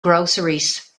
groceries